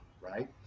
Right